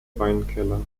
weinkeller